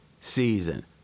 season